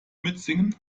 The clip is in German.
mitsingen